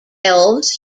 elves